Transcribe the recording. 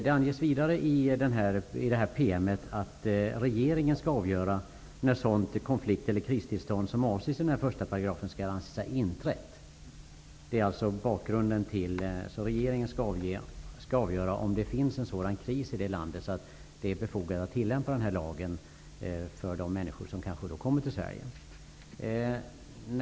I den här promemorian anges vidare att regeringen skall avgöra när sådant konflikt eller kristillstånd, som avses i den första paragrafen, skall anses ha inträtt. Regeringen skall alltså avgöra om det finns en sådan kris i landet i fråga att det är befogat att tillämpa den här lagen för de människor som kommer till Sverige.